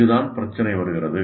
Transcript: இங்குதான் பிரச்சினை வருகிறது